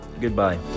goodbye